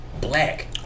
black